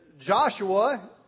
Joshua